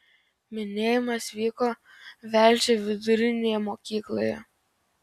minėjimas vyko velžio vidurinėje mokykloje